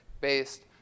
based